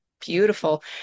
beautiful